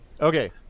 okay